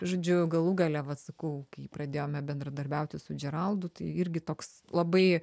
žodžiu galų gale vat sakau kai pradėjome bendradarbiauti su džeraldu tai irgi toks labai